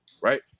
Right